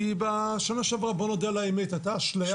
בשנה שעברה, בואו נודה על האמת, הייתה אשליה.